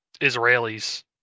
Israelis